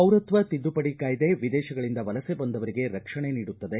ಪೌರತ್ವ ತಿದ್ದುಪಡಿ ಕಾಯ್ದೆ ವಿದೇಶಗಳಿಂದ ವಲಸೆ ಬಂದವರಿಗೆ ರಕ್ಷಣೆ ನೀಡುತ್ತದೆ